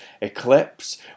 Eclipse